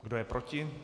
Kdo je proti?